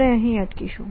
આપણે અહીં અટકીશું